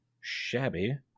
shabby